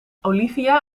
olivia